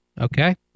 Okay